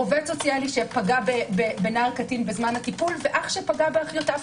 עובד סוציאלי שפגע בקטין בזמן הטיפול ואח שפגע באחיותיו.